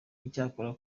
icyakora